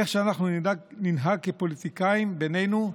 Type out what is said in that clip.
איך שאנחנו ננהג כפוליטיקאים בינינו,